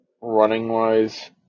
running-wise